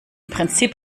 prinzip